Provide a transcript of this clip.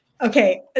Okay